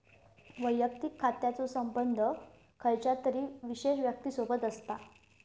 वैयक्तिक खात्याचो संबंध खयच्या तरी विशेष व्यक्तिसोबत असता